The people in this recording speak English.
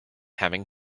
having